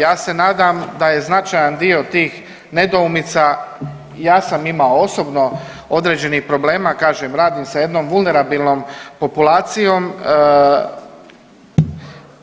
Ja se nadam da je značajan dio tih nedoumica, ja sam imao osobno određenih problema, kažem radim sa jednom vulnerabilnom populacijom,